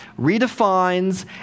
redefines